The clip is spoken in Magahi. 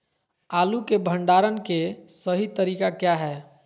आलू के भंडारण के सही तरीका क्या है?